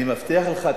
אני מבטיח לך,